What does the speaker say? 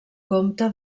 comte